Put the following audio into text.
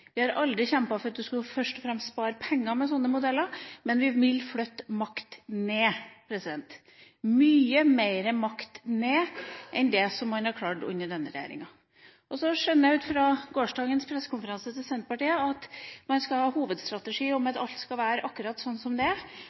Vi har aldri kjempet for at man først og fremst skal spare penger med sånne modeller, men vi vil flytte makt ned – mye mer makt ned enn det man har klart under denne regjeringa. Så skjønner jeg ut fra gårsdagens pressekonferanse til Senterpartiet at hovedstrategien er at alt skal være akkurat sånn som det er,